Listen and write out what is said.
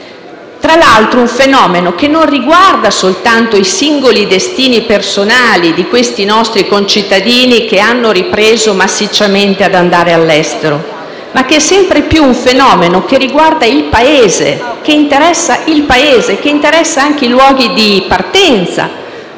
Tra l'altro, un fenomeno che non riguarda soltanto i singoli destini personali di questi nostri concittadini che hanno ripreso massicciamente ad andare all'estero, ma che è sempre più un fenomeno che riguarda il Paese, che interessa anche i luoghi di partenza,